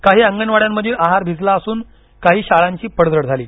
काही अंगणवाड्यांमधील आहार भिजला असून काही शाळांची पडझड झाली